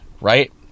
Right